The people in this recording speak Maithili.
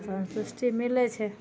सन्तुष्टि मिलै छै